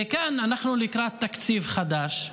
וכאן אנחנו לקראת תקציב חדש,